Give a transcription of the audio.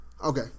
Okay